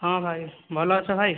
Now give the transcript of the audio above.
ହଁ ଭାଇ ଭଲ ଅଛ ଭାଇ